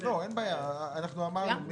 עוברים לצו להגדלת שיעור ההשתתפות בכוח העבודה.